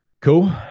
Cool